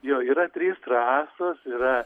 jo yra trys trasos yra